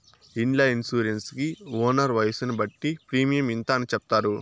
ఇండ్ల ఇన్సూరెన్స్ కి ఓనర్ వయసును బట్టి ప్రీమియం ఇంత అని చెప్తారు